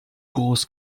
groß